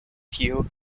fuel